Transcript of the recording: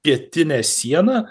pietine siena